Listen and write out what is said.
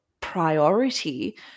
priority